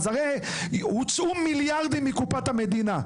אז הרי הוצאו מיליארדים מקופת המדינה.